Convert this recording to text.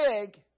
big